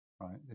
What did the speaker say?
right